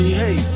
hey